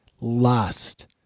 lust